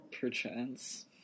perchance